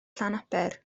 llanaber